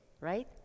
right